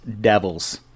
devils